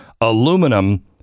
aluminum